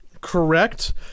Correct